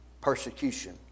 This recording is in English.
persecution